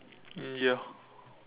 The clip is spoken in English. mm ya